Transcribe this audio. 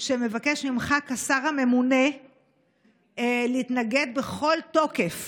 שמבקש ממך כשר הממונה להתנגד בכל תוקף